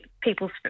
people's